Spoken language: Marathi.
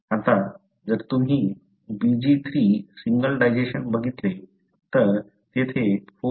आता जर तुम्ही BglII सिंगल डायजेशन बघितले तर तेथे 4